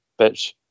bitch